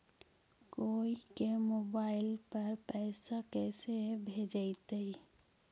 कोई के मोबाईल पर पैसा कैसे भेजइतै?